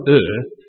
earth